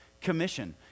Commission